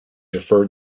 referred